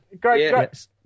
great